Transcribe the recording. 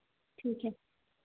ठीक है